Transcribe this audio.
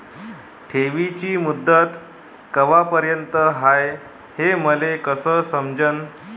ठेवीची मुदत कवापर्यंत हाय हे मले कस समजन?